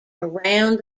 around